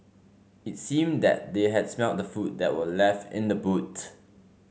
it seemed that they had smelt the food that were left in the boot